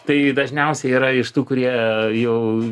tai dažniausiai yra iš tų kurie jau